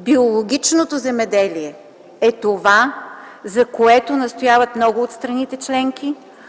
Биологичното земеделие е това, за което настояват много от страните членки.